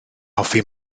hoffi